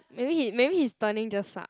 maybe he maybe his turning just suck